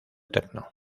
techno